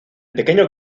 pequeño